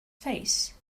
face